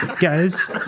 Guys